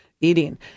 eating